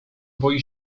boi